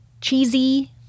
Cheesy